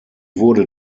wurde